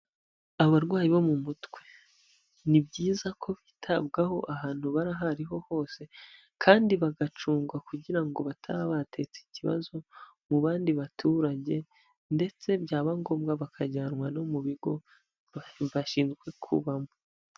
Abarwayi bo mu mutwe, ni byiza ko byitabwaho ahantu bara aho ari ho hose kandi bagacungwa kugira ngo bataba bateza ikibazo mu bandi baturage ndetse byaba ngombwa bakajyanwa no mu bigo bashinzwe kubamo.